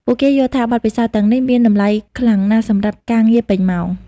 ពួកគេយល់ថាបទពិសោធន៍ទាំងនេះមានតម្លៃខ្លាំងណាស់សម្រាប់ការងារពេញម៉ោង។